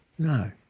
No